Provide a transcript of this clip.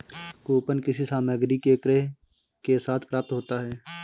coupon किसी सामग्री के क्रय के साथ प्राप्त होता है